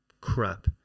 crap